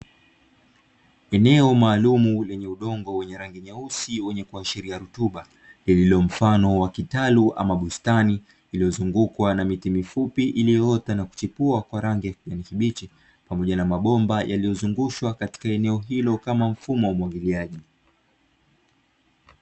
Eneo maalumu lenye udongo wenye rangi nyeusi wenye kuashiria rutuba, lililomfano wakitalu ama bustani iliyozungukwa na miti mifupi iliyoota na kuchipua kwa rangi ya kijani kibichi, pamoja na mabomba yaliyozungushwa katika eneo hilo kama mfumo wa umwagiliaji.